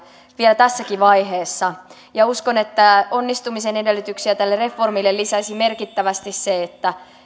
vielä tässäkin vaiheessa uskon että onnistumisen edellytyksiä tälle reformille lisäsi merkittävästi se että